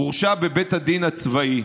הורשע בבית הדין הצבאי.